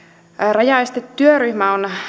rajaestetyöryhmä on